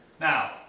Now